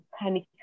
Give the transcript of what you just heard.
panic